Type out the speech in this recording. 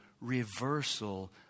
reversal